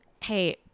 Hey